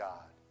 God